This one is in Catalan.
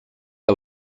que